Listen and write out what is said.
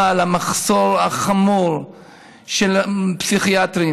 אבל המחסור החמור בפסיכיאטרים,